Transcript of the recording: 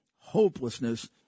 hopelessness